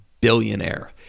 billionaire